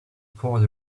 poured